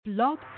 Blog